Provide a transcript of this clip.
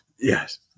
Yes